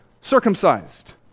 circumcised